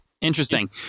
Interesting